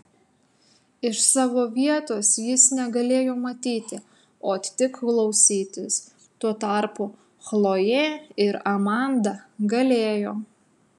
iš savo vietos jis negalėjo matyti o tik klausytis tuo tarpu chlojė ir amanda galėjo